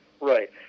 right